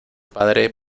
padre